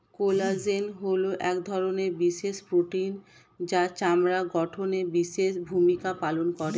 collagen হলো এক ধরনের বিশেষ প্রোটিন যা চামড়ার গঠনে বিশেষ ভূমিকা পালন করে